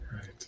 Right